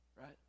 right